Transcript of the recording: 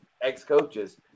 ex-coaches